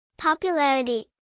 Popularity